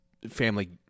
family